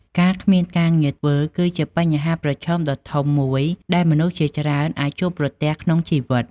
ការគ្មានការងារធ្វើ គឺជាបញ្ហាប្រឈមដ៏ធំមួយដែលមនុស្សជាច្រើនអាចជួបប្រទះក្នុងជីវិត។